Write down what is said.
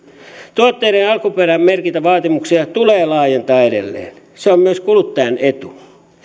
tuotteiden alkuperämerkintävaatimuksia tulee laajentaa edelleen se on myös kuluttajan etu